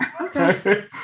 Okay